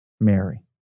Mary